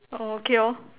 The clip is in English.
oh okay lor